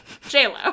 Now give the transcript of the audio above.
J.Lo